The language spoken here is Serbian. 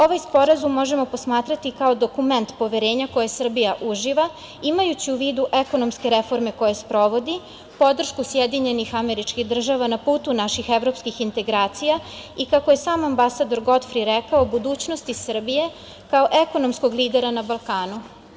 Ovaj sporazum možemo posmatrati kao dokument poverenja koje Srbija uživa, imajući u vidu ekonomske reforme koje sprovodi, podršku SAD na putu naših evropskih integracija i kako je sam ambasador Gotfri rekao: „Budućnosti Srbije, kao ekonomskog lidera na Balkanu“